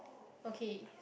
okay